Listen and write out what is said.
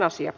asia